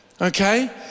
okay